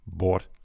bought